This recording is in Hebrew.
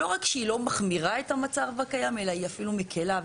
לא רק שהיא לא מחמירה את המצב הקיים אלא היא אפילו מקלה.